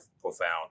profound